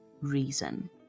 reason